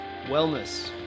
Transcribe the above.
wellness